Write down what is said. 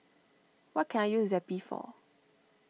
what can I use Zappy for